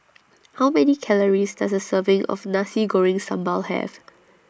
How Many Calories Does A Serving of Nasi Goreng Sambal Have